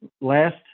last